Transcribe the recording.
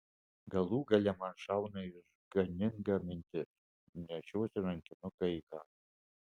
galų gale man šauna išganinga mintis nešiuosi rankinuką į halę